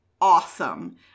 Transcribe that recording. awesome